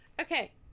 Okay